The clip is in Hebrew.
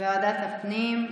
ועדת הפנים.